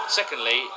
secondly